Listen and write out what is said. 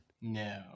no